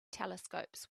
telescopes